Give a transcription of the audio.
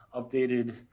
updated